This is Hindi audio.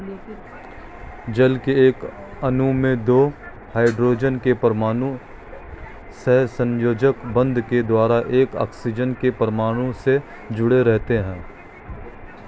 जल के एक अणु में दो हाइड्रोजन के परमाणु सहसंयोजक बंध के द्वारा एक ऑक्सीजन के परमाणु से जुडे़ रहते हैं